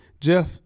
Jeff